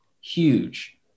Huge